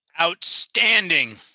Outstanding